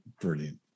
brilliant